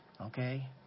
okay